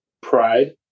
pride